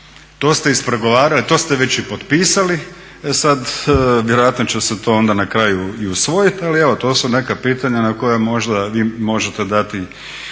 To ste ispregovarali, to ste već i potpisali. E sad vjerojatno će se to onda na kraju i usvojiti, ali evo to su neka pitanja na koja možda vi možete dati